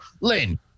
Lynn